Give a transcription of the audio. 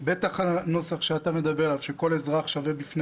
בטח הנוסח שאתה מדבר עליו שכל אזרח שווה בפני